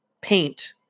paint